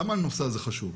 למה הנושא הזה חשוב?